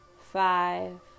five